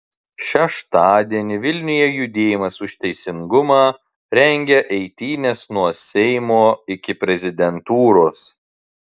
šeštadienį vilniuje judėjimas už teisingumą rengia eitynes nuo seimo iki prezidentūros